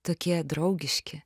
tokie draugiški